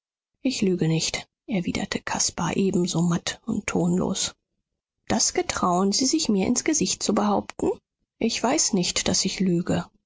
ich lüge nicht erwiderte caspar ebenso matt und tonlos das getrauen sie sich mir ins gesicht zu behaupten ich weiß nicht daß ich lüge